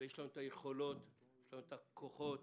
ויש לנו היכולות והכוחות,